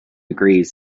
agrees